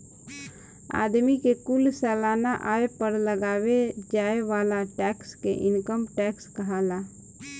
आदमी के कुल सालाना आय पर लगावे जाए वाला टैक्स के इनकम टैक्स कहाला